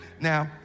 Now